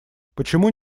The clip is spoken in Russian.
почему